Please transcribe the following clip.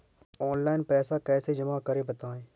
Online पैसा कैसे जमा करें बताएँ?